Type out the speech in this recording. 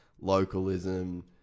localism